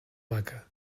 vaca